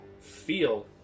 feel